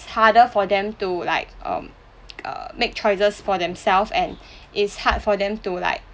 harder for them to like um uh make choices for themselves and it's hard for them to like